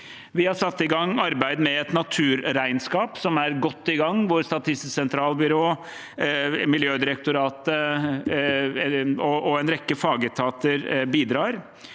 Vi har satt i gang arbeid med et naturregnskap, som er godt i gang, hvor Statistisk sentralbyrå, Miljødirektoratet og en rekke fagetater bidrar.